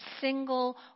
single